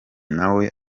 nawe